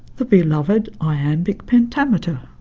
the beloved iambic pentameter.